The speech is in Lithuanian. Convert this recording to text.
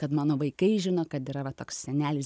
kad mano vaikai žino kad yra va toks senelis